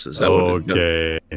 Okay